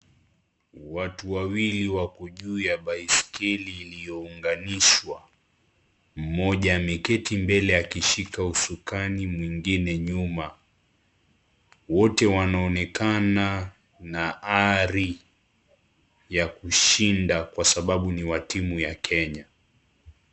Watu wawili wako juu ya baiskeli iliyounganishwa, mmoja ameketi mbele akishika ushukani mwingine nyuma wote wanaonekana na hali ya kushinda kwa sababu ni wa timu ya Kenya.